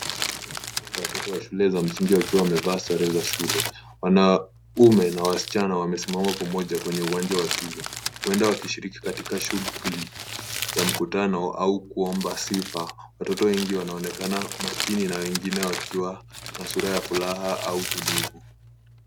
Kundi kubwa la watoto wa shule za msingi wakiwa wamevaa sare za shule. Wanaume na wasichana wamesimama pamoja kwenye uwanja wa shule huenda wakishiriki katika shughuli ya mkutano au kuomba sifa. Watoto wengi wanaonekana makini na wengine wakiwa na sura ya furaha au tulivu.